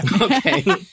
Okay